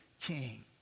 king